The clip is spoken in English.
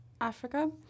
Africa